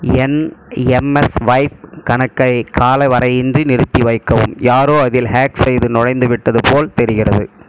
என் எம்எஸ்வைப் கணக்கை காலவரையின்றி நிறுத்திவைக்கவும் யாரோ அதில் ஹேக் செய்து நுழைந்துவிட்டது போல் தெரிகிறது